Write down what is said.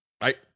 Right